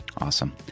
awesome